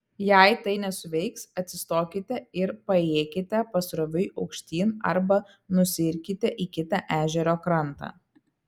jei tai nesuveiks atsistokite ir paėjėkite pasroviui aukštyn arba nusiirkite į kitą ežero krantą